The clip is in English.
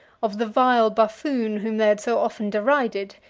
of the vile buffoon whom they had so often derided,